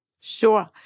Sure